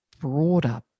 broader